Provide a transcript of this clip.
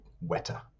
wetter